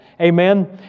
Amen